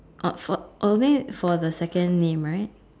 Oxford only for the second name right